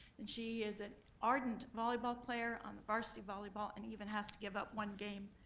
and she is an ardent volleyball player on the varsity volleyball and even has to give up one game,